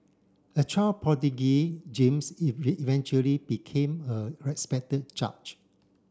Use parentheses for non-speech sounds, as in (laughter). a child prodigy James (unintelligible) eventually became a respected judge